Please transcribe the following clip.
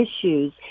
issues